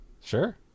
Sure